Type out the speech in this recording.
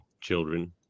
children